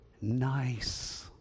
nice